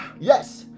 Yes